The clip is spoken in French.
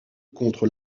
contre